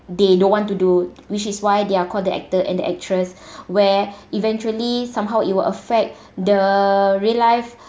they don't want to do which is why they are called the actor and actress where eventually somehow it will affect the real life